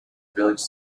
village